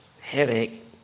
headache